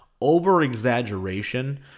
over-exaggeration